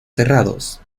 cerrados